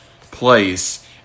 place